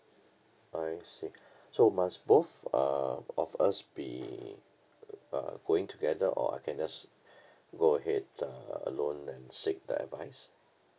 I see so must both uh of us be uh going together or I can just go ahead uh alone and seek the advice